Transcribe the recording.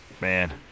Man